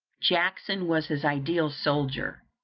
jackson was his ideal soldier.